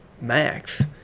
max